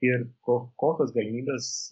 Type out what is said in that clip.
ir ko kokios galimybės